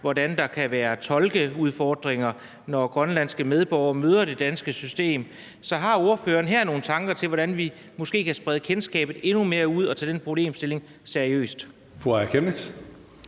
hvordan der kan være tolkeudfordringer, når grønlandske medborgere møder det danske system. Så har ordføreren her nogle tanker om, hvordan vi måske kan udsprede kendskabet endnu mere og tage den problemstilling seriøst? Kl.